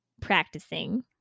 practicing